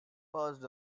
passed